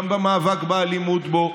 גם במאבק באלימות בו,